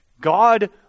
God